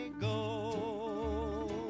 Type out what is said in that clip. go